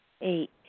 Eight